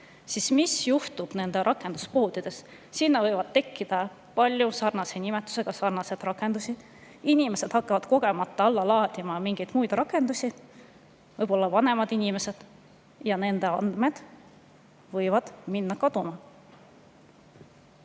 aga mis juhtub nendes rakenduste poodides? Sinna võib tekkida palju sarnase nimetusega sarnaseid rakendusi, inimesed hakkavad kogemata alla laadima mingeid muid rakendusi, võib-olla teevad seda vanemad inimesed, ja nende andmed võivad minna kaduma.